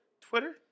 Twitter